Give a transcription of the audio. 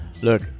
look